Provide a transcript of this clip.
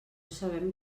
sabem